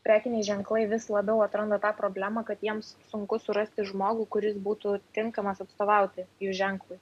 prekiniai ženklai vis labiau atranda tą problemą kad jiems sunku surasti žmogų kuris būtų tinkamas atstovauti jų ženklui